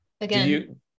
again